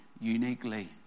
uniquely